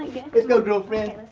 lets go girlfriend.